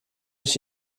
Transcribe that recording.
ich